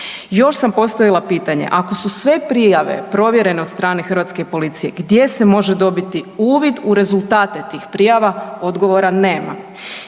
Još sam postavila pitanje, ako su sve prijave provjerene od strane hrvatske policije gdje se može dobiti uvid u rezultate tih prijava odgovora nema.